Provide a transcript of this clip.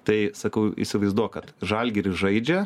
tai sakau įsivaizduok kad žalgiris žaidžia